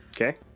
Okay